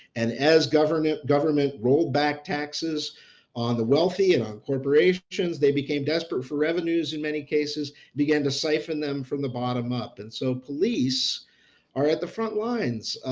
and as government. government rolled back taxes on the wealthy and on corporations. they became desperate for revenues. in many cases, they began to siphon them from the bottom up and so police are at the front lines,